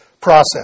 process